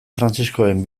frantziskoren